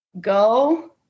go